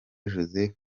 joseph